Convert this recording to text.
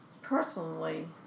personally